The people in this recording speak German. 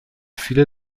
viele